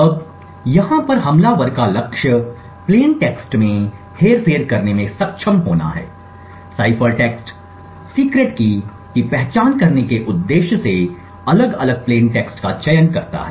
अब यहां पर हमलावर का लक्ष्य प्लेन टेक्स्ट में हेरफेर करने में सक्षम होना है साइफर टेक्स्ट गुप्त कुंजी की पहचान करने के उद्देश्य से अलग अलग प्लेन टेक्स्ट का चयन करता है